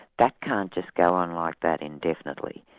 that can't just go on like that indefinitely.